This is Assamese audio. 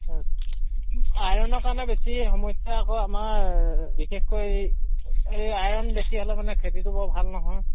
আইৰণৰ কাৰণে বেছি সমস্যা আকৌ আমাৰ বিশেষকৈ এই আইৰণ বেছি হ'লে মানে খেতিটো বৰ ভাল নহয়